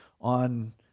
on